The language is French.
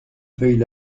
feuilles